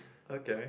okay